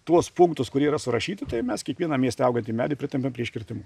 tuos punktus kurie yra surašyti tai mes kiekvieną mieste augantį medį pritempiam prie iškirtimo